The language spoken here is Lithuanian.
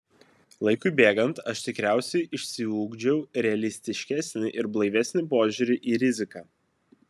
laikui bėgant aš tikriausiai išsiugdžiau realistiškesnį ir blaivesnį požiūrį į riziką